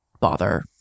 bother